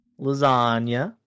lasagna